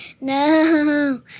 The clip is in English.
No